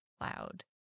loud